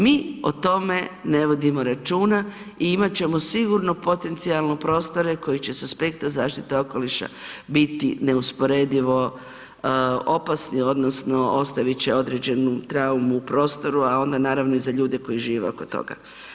Mi o tome ne vodimo računa i imati ćemo sigurno potencijalne prostore koji će sa aspekta zaštite okoliša biti neusporedivo opasni, odnosno ostaviti će određenu traumu u prostoru a onda naravno i za ljude koji žive oko toga.